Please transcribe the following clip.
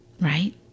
right